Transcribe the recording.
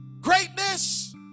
Greatness